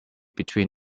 between